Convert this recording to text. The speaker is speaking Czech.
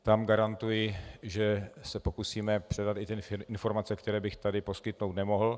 Tam garantuji, že se pokusíme předat informace, které bych tady poskytnout nemohl.